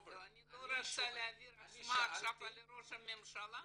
אני לא רוצה להעביר את האשמה לראש הממשלה עכשיו.